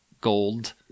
gold